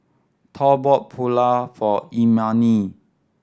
Thor bought Pulao for Imani